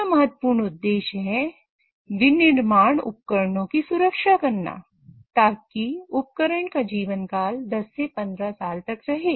दूसरा महत्वपूर्ण उद्देश्य है विनिर्माण उपकरणों की सुरक्षा करना ताकि उपकरण का जीवन काल 10 से 15 साल तक रहे